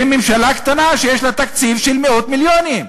בממשלה קטנה שיש לה תקציב של מאות מיליונים.